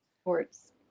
Sports